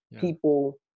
People